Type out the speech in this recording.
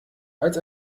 als